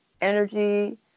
energy